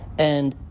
and,